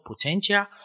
potential